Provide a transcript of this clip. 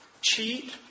cheat